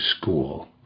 school